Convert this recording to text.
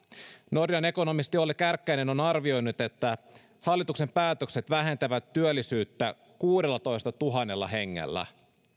nordean ekonomisti olli kärkkäinen on arvioinut että hallituksen päätökset vähentävät työllisyyttä kuudellatoistatuhannella hengellä